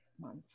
months